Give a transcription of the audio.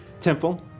temple